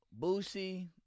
Boosie